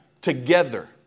Together